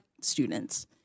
students